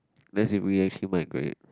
that's if we actually migrate